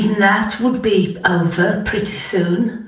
that would be over pretty soon.